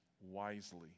wisely